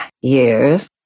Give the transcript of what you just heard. years